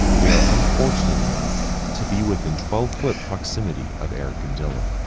they are unfortunate enough to be within twelve foot proximity of eric and dylan.